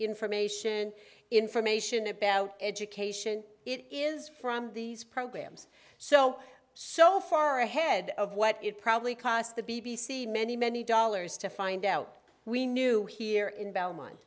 information information about education it is from these programs so so far ahead of what it probably cost the b b c many many dollars to find out we new here in belmont